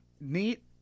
neat